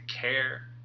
care